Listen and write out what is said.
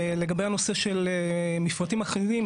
לגבי נושא מפרטים אחידים,